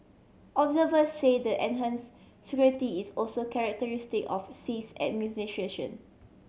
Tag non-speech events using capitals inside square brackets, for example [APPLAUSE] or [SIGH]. observer say the enhance scrutiny is also characteristic of Xi's [UNINTELLIGIBLE]